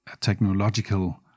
technological